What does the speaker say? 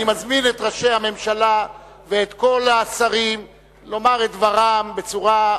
אני מזמין את ראשי הממשלה ואת כל השרים לומר את דברם בצורה,